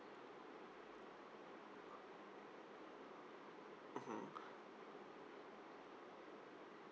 mmhmm